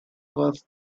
was